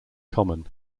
common